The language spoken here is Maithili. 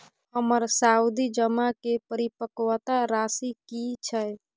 हमर सावधि जमा के परिपक्वता राशि की छै?